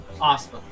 Awesome